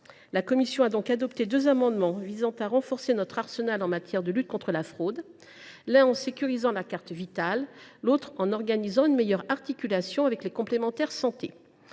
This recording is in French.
La commission a donc adopté deux amendements visant à renforcer notre arsenal de lutte contre la fraude, en sécurisant la carte Vitale et en organisant une meilleure articulation avec les complémentaires santé.